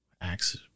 acts